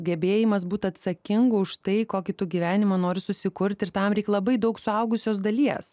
gebėjimas būt atsakingu už tai kokį tu gyvenimą noriu susikurti ir tam reikia labai daug suaugusios dalies